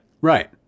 right